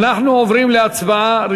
אנחנו עוברים להצבעה.